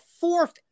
fourth